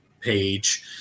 page